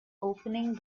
opening